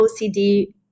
OCD